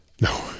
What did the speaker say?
No